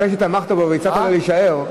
אחרי שתמכת בו והצעת לו להישאר,